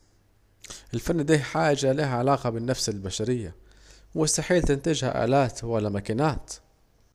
الفن دي حاجة ليها علاجة بالنفس البشرية، مستحيل تنتجها آلات ولا ماكينات